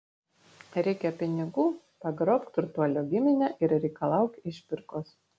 reikia pinigų pagrobk turtuolio giminę ir reikalauk išpirkos